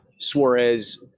Suarez